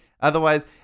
Otherwise